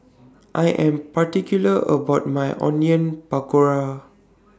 I Am particular about My Onion Pakora